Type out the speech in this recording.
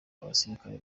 abasirikare